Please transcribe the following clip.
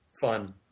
fun